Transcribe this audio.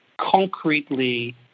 concretely